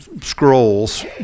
scrolls